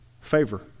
Favor